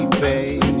baby